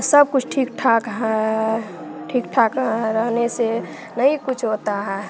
सब कुछ ठीक ठाक है ठीक ठाक हाँ रहने से नहीं कुछ होता है